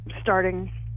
starting –